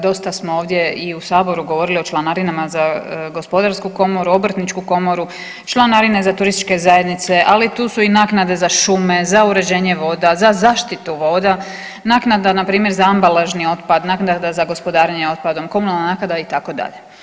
Dosta smo ovdje i u saboru govorili o članarinama za gospodarsku komoru, obrtničku komoru, članarine za turističke zajednice, ali tu su i naknade za šume, za uređenje voda, za zaštitu voda, naknada npr. za ambalažni otpad, naknada za gospodarenje otpadom, komunalna naknada itd.